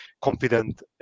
confident